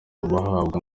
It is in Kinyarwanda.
bahabwa